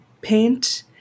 paint